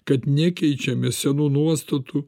kad nekeičiame senų nuostatų